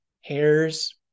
hairs